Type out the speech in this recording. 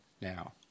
now